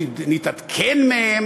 נתעדכן מהם,